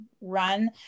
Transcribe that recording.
run